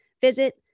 visit